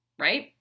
right